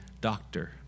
doctor